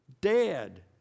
Dead